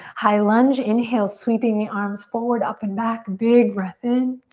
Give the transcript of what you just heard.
high lunge, inhale, sweeping the arms forward, up and back. big breath in.